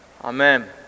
Amen